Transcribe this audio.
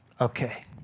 okay